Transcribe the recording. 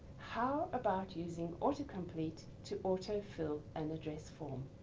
how about using autocomplete to auto-fill an address form.